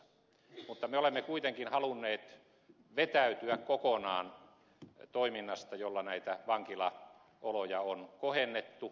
mutta me olemme kuitenkin halunneet vetäytyä kokonaan toiminnasta jolla näitä vankilaoloja on kohennettu